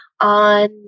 on